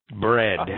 bread